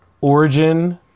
origin